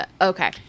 Okay